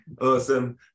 Awesome